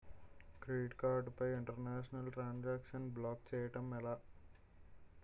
Credit card పై international transaction block చేయటం ఎలా?